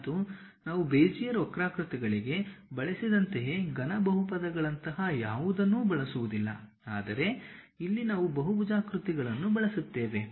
ಮತ್ತು ನಾವು ಬೆಜಿಯರ್ ವಕ್ರಾಕೃತಿಗಳಿಗೆ ಬಳಸಿದಂತೆಯೇ ಘನ ಬಹುಪದಗಳಂತಹ ಯಾವುದನ್ನೂ ಬಳಸುವುದಿಲ್ಲ ಆದರೆ ಇಲ್ಲಿ ನಾವು ಬಹುಭುಜಾಕೃತಿಗಳನ್ನು ಬಳಸುತ್ತೇವೆ